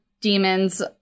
demons